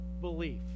belief